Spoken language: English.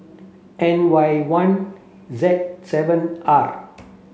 N Y one Z seven R